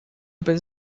open